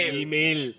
email